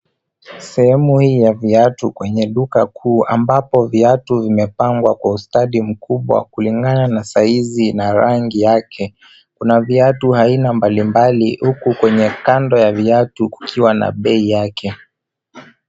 Sehemu hii ya viatu kwenye duka kuu ambapo viatu vimepangwa kwa ustadi mkubwa kulingana na saizi na rangi yake. Kuna viatu aina mbalimbali huku kwenye kando ya viatu kukiwa na bei yake.